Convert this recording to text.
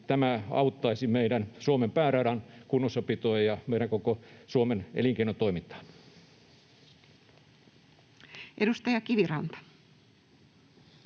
tämä auttaisi Suomen pääradan kunnossapitoa ja meidän koko Suomen elinkeinotoimintaa. Edustaja Kiviranta.